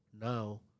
Now